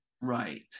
Right